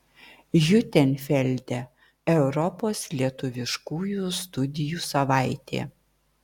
hiutenfelde europos lietuviškųjų studijų savaitė